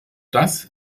das